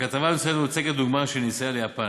בכתבה המצוינת מוצגת דוגמה של נסיעה ליפן.